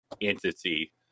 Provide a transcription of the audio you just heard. entity